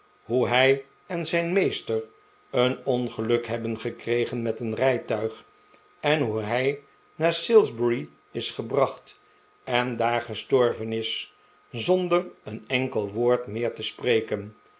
hoe hij en zijn meester een ongeluk hebben gekregen met een rijtuig en hoe hij naar salisbury is gebracht en daar gestorven is zonder een enkel woord meer te spreken